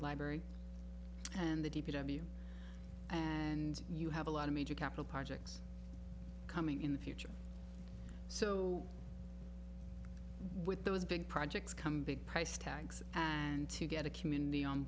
library and the d p w and you have a lot of major capital projects coming in the future so with those big projects come big price tags and to get a community on